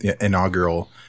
inaugural